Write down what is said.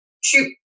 shoot